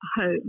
home